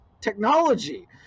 technology